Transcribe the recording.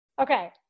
Okay